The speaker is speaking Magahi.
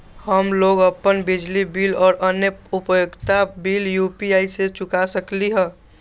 हम लोग अपन बिजली बिल और अन्य उपयोगिता बिल यू.पी.आई से चुका सकिली ह